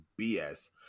BS